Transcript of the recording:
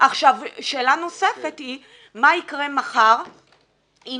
שאלה נוספת היא מה יקרה מחר אם